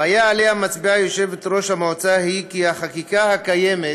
הבעיה שעליה יושבת-ראש המועצה מצביעה היא כי החקיקה הקיימת